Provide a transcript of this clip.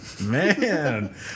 man